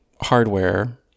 hardware